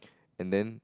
and then